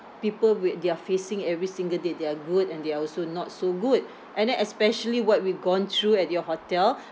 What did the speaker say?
people with they are facing every single day there are good and there are also not so good and then especially what we've gone through at your hotel